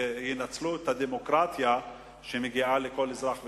ינצלו את הדמוקרטיה שמגיעה לכל אזרח ואזרח.